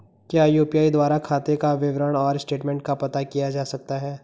क्या यु.पी.आई द्वारा खाते का विवरण और स्टेटमेंट का पता किया जा सकता है?